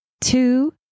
two